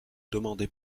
demandez